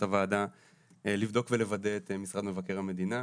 הוועדה לבדוק ולוודא את משרד מבקר המדינה.